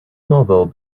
novel